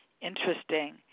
interesting